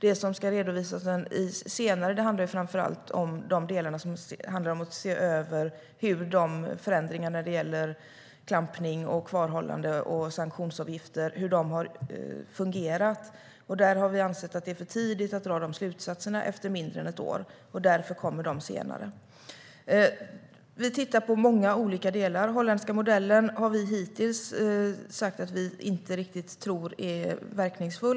Det som ska redovisas senare handlar framför allt om att se över hur förändringarna när det gäller klampning, kvarhållande och sanktionsavgifter har fungerat. Vi har ansett att det är för tidigt att dra de slutsatserna efter mindre än ett år. Därför kommer de senare. Vi tittar på många olika delar. Om den holländska modellen har vi hittills sagt att vi inte riktigt tror att den är verkningsfull.